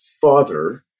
father